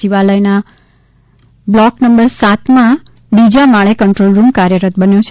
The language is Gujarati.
સચિવાલયના બ્લોક નંબર સાતમાં બીજા માળે કંદ્રોલરૂમ કાર્યરત બન્યો છે